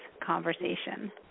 conversation